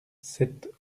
sept